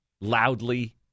loudly